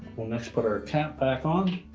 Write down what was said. we'll next put our cap back on.